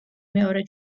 მეორე